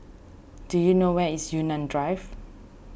do you know where is Yunnan Drive